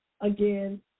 again